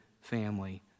family